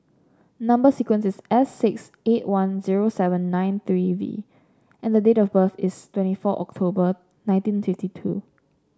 number sequence is S six eight one zero seven nine three V and date of birth is twenty four October nineteen fifty two